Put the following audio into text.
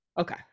Okay